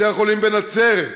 בתי-החולים בנצרת,